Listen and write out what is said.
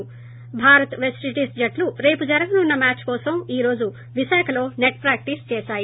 ి భారత్ వెస్టిండీస్ జట్లు రేపు జరగనున్న మ్యాచ్ కోసం ఈ రోజు విశాఖ స్లేడియంలో నెట్ ప్రాక్టీస్ చేశాయి